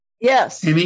Yes